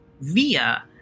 via